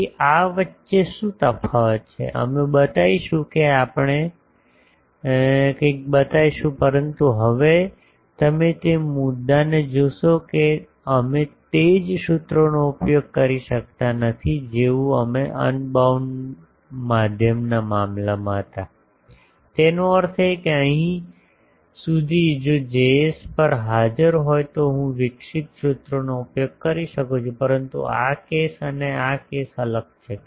તેથી આ વચ્ચે શું તફાવત છે અમે બતાવીશું કે આપણે કંઈક બતાવીશું પરંતુ હવે તમે તે મુદ્દાને જોશો કે અમે તે જ સૂત્રોનો ઉપયોગ કરી શકતા નથી જેવું અમે અનબાઉન્ડ માધ્યમના મામલામાં હતા તેનો અર્થ એ કે અહીં સુધી જો Js પર હાજર હોય તો હું વિકસિત સૂત્રોનો ઉપયોગ કરી શકું છું પરંતુ આ કેસ અને આ કેસ અલગ છે